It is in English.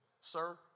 Sir